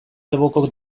alboko